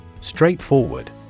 Straightforward